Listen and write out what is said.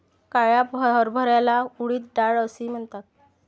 काळ्या हरभऱ्याला उडीद डाळ असेही म्हणतात